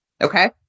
okay